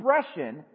expression